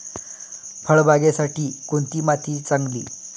फळबागेसाठी कोणती माती चांगली?